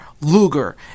Luger